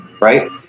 right